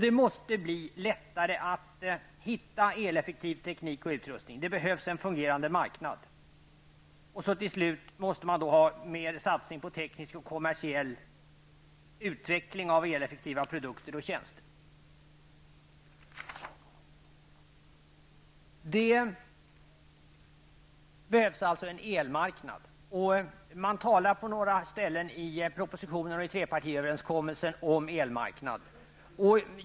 Det måste bli lättare att hitta eleffektiv teknik och utrustning. Det behövs en fungerande marknad. Till slut måste man ha mer satsning på teknisk och kommersiell utveckling av eleffektiva produkter och tjänster. Det behövs alltså en elmarknad. Man talar på några ställen i propositionen och i trepartiöverenskommelsen om en elmarknad.